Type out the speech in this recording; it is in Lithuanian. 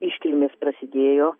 iškilmės prasidėjo